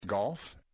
golf